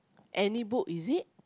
any book is it